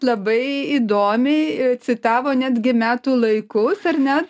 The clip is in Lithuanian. labai įdomiai citavo netgi metų laikus ar ne